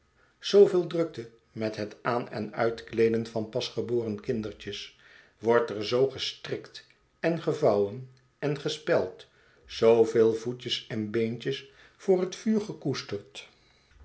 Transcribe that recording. zooveel drukte met het aan en uitkleeden van pasgeboren kindertjes wordt er zoo gestrikt en gevouwen en gespeld zooveel voetjes en beentjes voor het vuur gekoesterd